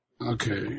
Okay